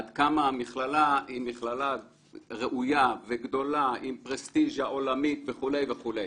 עד כמה המכללה היא מכללה ראויה וגדולה עם פרסטיז'ה עולמית וכו'.